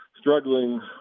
struggling